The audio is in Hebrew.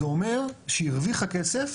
זה אומר שהיא הכניסה כסף